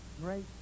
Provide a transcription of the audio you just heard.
great